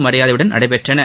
மரியாதையுடன் நடைபெற்றன